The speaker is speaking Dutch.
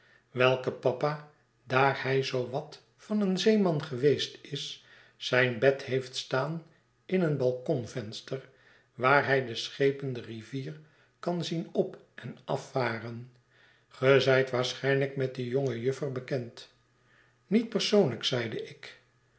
welke papa daar hij zoo wat van een zeeman geweest is zijn bed heeft staan in een balkonvenster waar hij de schepen de rivier kan zien op en afvaren ge zijt waarschijnlijk met die jonge juffer bekend u niet persoonlijk zeide ik